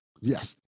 Yes